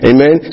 Amen